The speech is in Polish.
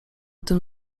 tym